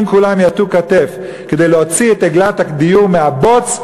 אם כולם יטו כתף כדי להוציא את עגלת הדיור מהבוץ,